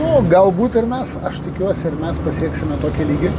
nu galbūt ir mes aš tikiuosi ir mes pasieksime tokį lygį